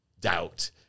doubt